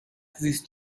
زیست